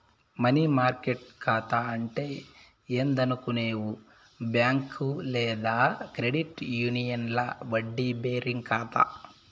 money market కాతా అంటే ఏందనుకునేవు బ్యాంక్ లేదా క్రెడిట్ యూనియన్ల వడ్డీ బేరింగ్ కాతా